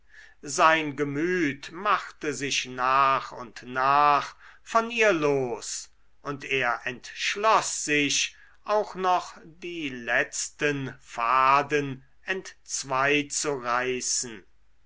sein gemüt machte sich nach und nach von ihr los und er entschloß sich auch noch die letzten faden